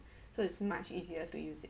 so its much easier to use it